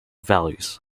values